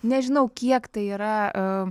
nežinau kiek tai yra